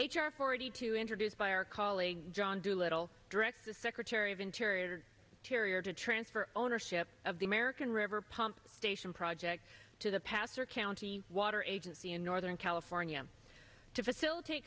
r forty two introduced by our colleague john doolittle directs the secretary of interior terrier to transfer ownership of the american river pump station project to the passer county water agency in northern california to facilitate